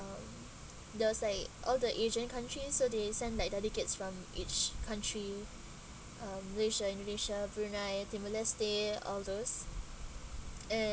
um there was like all the asian countries so they sent like delegates from each country um malaysia indonesia brunei timor-leste all those and